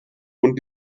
und